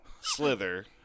Slither